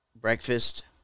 breakfast